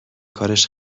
کارش